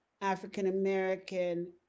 African-American